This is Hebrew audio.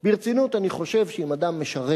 ברצינות אני חושב שאם אדם משרת